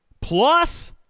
plus